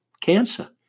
cancer